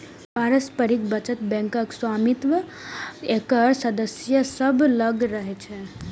पारस्परिक बचत बैंकक स्वामित्व एकर सदस्य सभ लग रहै छै